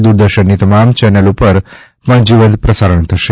દૂરદર્શન ની તમામ ચેનલ ઉપર પણ જીવંત પ્રસારણ થશે